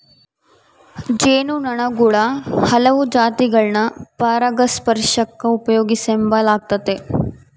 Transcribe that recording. ಜೇನು ನೊಣುಗುಳ ಹಲವು ಜಾತಿಗುಳ್ನ ಪರಾಗಸ್ಪರ್ಷಕ್ಕ ಉಪಯೋಗಿಸೆಂಬಲಾಗ್ತತೆ